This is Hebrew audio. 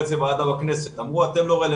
אני לא יכול להחליט כי אני לא יודע שאותו אדם קיבל